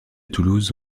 toulouse